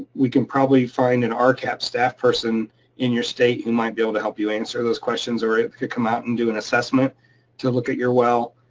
we can probably find an ah rcap staff person in your state, who might be able to help you answer those questions or could come out and do an assessment to look at your well.